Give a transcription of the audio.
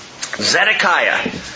Zedekiah